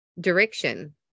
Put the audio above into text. direction